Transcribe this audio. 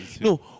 No